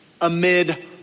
amid